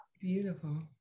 beautiful